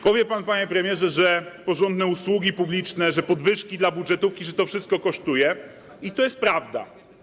Powie pan, panie premierze, że porządne usługi publiczne, podwyżki dla budżetówki kosztują, że to wszystko kosztuje - i to jest prawda.